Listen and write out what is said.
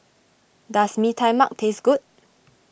does Mee Tai Mak taste good